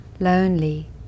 Lonely